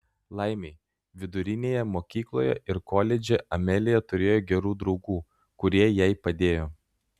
laimei vidurinėje mokykloje ir koledže amelija turėjo gerų draugų kurie jai padėjo